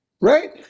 right